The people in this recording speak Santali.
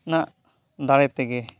ᱱᱟᱜ ᱫᱟᱲᱮ ᱛᱮᱜᱮ